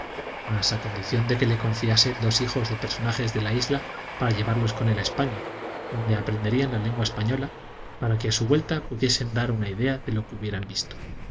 mas a condición de que le confíase dos hijos de personajes de la isla para llevarlos con él a españa donde aprenderían la lengua española para que a su vuelta pudiesen dar una idea de lo que hubieran visto